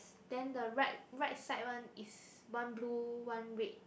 then the right right side one is one blue one red